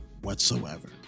whatsoever